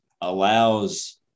allows